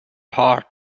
heart